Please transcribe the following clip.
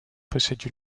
possède